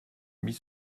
mit